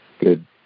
good